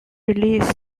released